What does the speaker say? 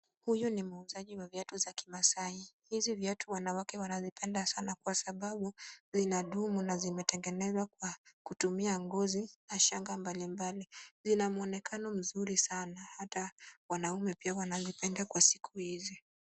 Huyu ni muuzaji wa viatu za kimasai. Hizi viatu wanawake wanazipenda sana kwa sababu zinadumu na zimetengenezwa kwa kutumia ngozi na shanga mbalimbali. Zina mwonekano mzuri sana hata wanaume pia wanazipenda kwa siku hizi.